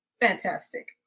Fantastic